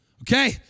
Okay